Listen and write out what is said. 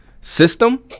system